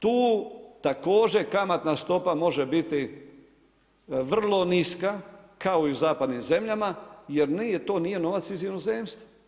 Tu također kamatna stopa može biti vrlo niska kao i u zapadnim zemljama jer nije, to nije novac iz inozemstva.